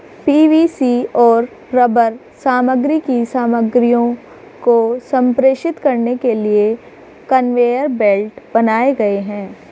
PVC और rubber सामग्री की सामग्रियों को संप्रेषित करने के लिए कन्वेयर बेल्ट बनाए गए हैं